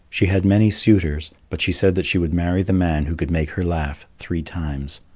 she had many suitors, but she said that she would marry the man who could make her laugh three times.